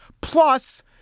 plus